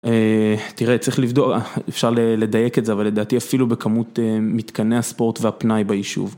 תראה, צריך לבדוק, אפשר לדייק את זה, אבל לדעתי אפילו בכמות מתקני הספורט והפנאי ביישוב.